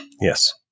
Yes